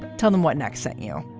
tell them what next set you.